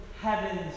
heaven's